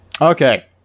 Okay